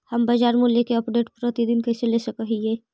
हम बाजार मूल्य के अपडेट, प्रतिदिन कैसे ले सक हिय?